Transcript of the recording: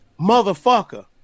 motherfucker